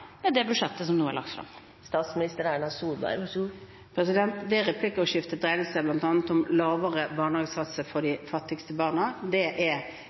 det budsjettet som nå er lagt fram? Det replikkordskiftet dreide seg bl.a. om lavere barnehagesatser for de fattigste barna. Det er